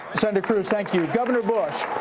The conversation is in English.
senator cruz, thank you. governor bush,